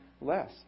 less